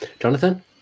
Jonathan